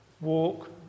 walk